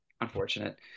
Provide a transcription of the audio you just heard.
unfortunate